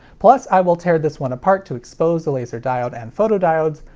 plus i will tear this one apart to expose the laser diode and photodiodes.